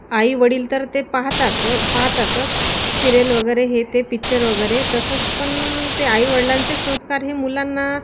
आई वडील तर ते पाहताच पाहतातच सिरियल वगैरे हे ते पिच्चर वगैरे तसंच पण ते आई वडिलांचे संस्कार हे मुलांना